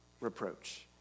reproach